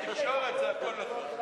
תודה רבה לך.